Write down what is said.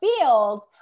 field